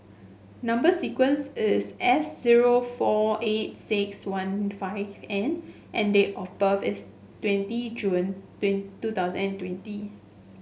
number sequence is S zero four eight six one five N and date of birth is twenty June two thousand and twenty